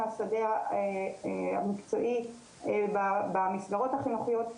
מהשדה המקצועי במסגרות החינוכיות,